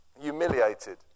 humiliated